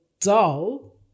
dull